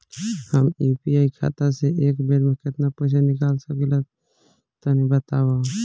हम यू.पी.आई खाता से एक बेर म केतना पइसा निकाल सकिला तनि बतावा?